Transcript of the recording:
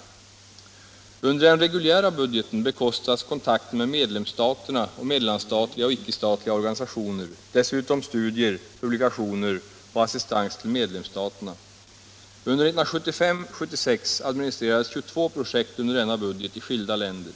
Onsdagen den Under den reguljära budgeten bekostas kontakten med medlemssta 18 maj 1977 terna och mellanstatliga och icke-statliga organisationer, dessutom studier, publikationer och assistans till medlemsstaterna. 1975/76 admini Om ökat stöd åt strerades 22 projekt under denna budget i skilda länder.